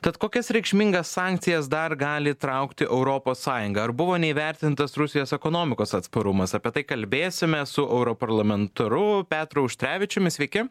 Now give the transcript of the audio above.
tad kokias reikšmingas sankcijas dar gali traukti europos sąjunga ar buvo neįvertintas rusijos ekonomikos atsparumas apie tai kalbėsime su europarlamentaru petru auštrevičiumi sveiki